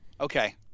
okay